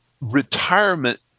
retirement